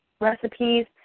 recipes